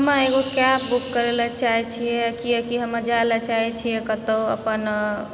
हम एगो cab book करै लऽ चाहे छिए कियाकि हम जाय लऽ चाहे छी कत्तौ अपन